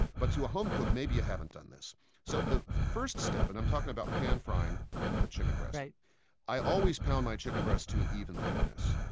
but to a home cook, maybe you haven't done this so the first step and i'm talking about pan-frying a chicken breast i always pound my chicken breast to an even thickness.